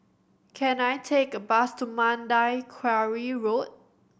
can I take a bus to Mandai Quarry Road